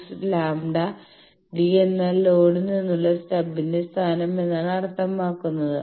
26 λ d എന്നാൽ ലോഡിൽ നിന്നുള്ള സ്റ്റബിന്റെ സ്ഥാനം എന്നാണ് അർത്ഥമാക്കുന്നത്